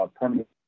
permanent